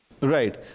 Right